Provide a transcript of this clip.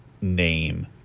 name